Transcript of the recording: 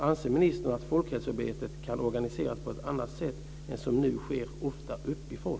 Anser ministern att folkhälsoarbetet kan organiseras på ett annat sätt än som nu sker, ofta uppifrån?